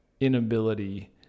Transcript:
inability